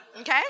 Okay